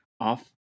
off